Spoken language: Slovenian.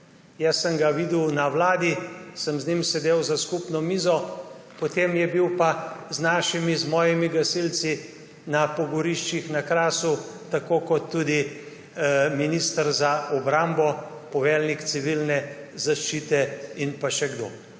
Jaz sem ga videl na vladi, sem z njim sedel za skupno mizo, potem je bil pa z našimi, z mojimi gasilci na pogoriščih na Krasu, tako kot tudi minister za obrambo, poveljnik civilne zaščite in pa še kdo.